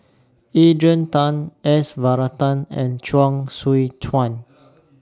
Adrian Tan S Varathan and Chuang Tsuan